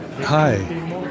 Hi